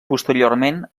posteriorment